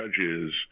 judges